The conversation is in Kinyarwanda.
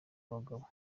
abagabo